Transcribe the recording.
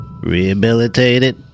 Rehabilitated